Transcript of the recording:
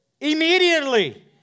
Immediately